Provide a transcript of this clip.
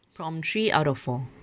prompt three out of four